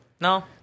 no